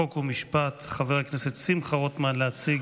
חוק ומשפט, חבר הכנסת שמחה רוטמן, להציג